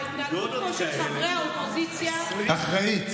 ההתנהלות פה של חברי האופוזיציה היא אחראית.